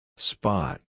Spot